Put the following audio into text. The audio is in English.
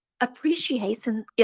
appreciation